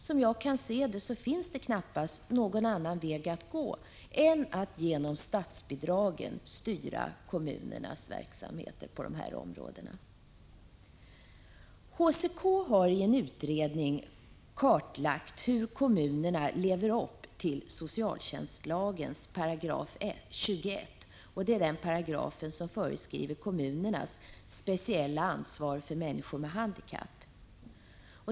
Som jag ser det finns det knappast någon annan väg att gå än att genom statsbidragen styra kommunernas verksamheter på dessa områden. HCK har i en utredning kartlagt hur kommunerna lever upp till socialtjänstlagens 21 §. Det är den paragraf som beskriver kommunernas speciella ansvar för människor med handikapp.